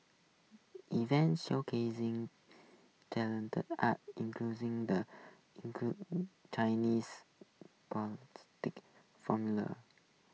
events showcasing arts enclosing the Chinese formula